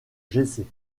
jessé